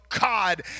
God